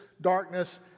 darkness